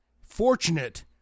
fortunate